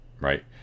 right